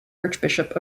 archbishop